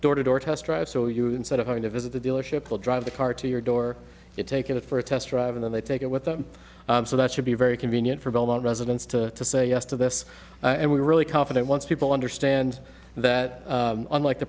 door to door test drive so you instead of having to visit the dealership will drive the car to your door you take it for a test drive and then they take it with them so that should be very convenient for belmont residents to say yes to this and we really confident once people understand that unlike the